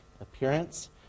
appearance